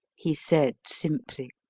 he said simply.